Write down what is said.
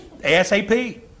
ASAP